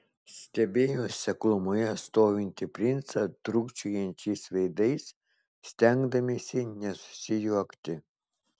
stebėjo seklumoje stovintį princą trūkčiojančiais veidais stengdamiesi nesusijuokti